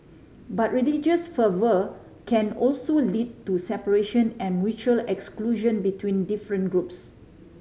but religious fervour can also lead to separation and mutual exclusion between different groups